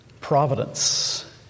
Providence